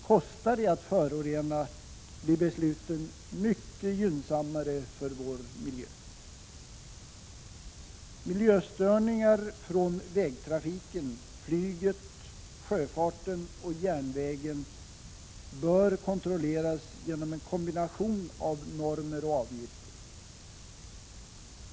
Kostar det att förorena blir besluten mycket gynnsammare för vår miljö. Miljöstörningar från vägtrafiken, flyget, sjöfarten och järnvägen bör kontrolleras genom en kombination av normer och avgifter.